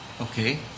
Okay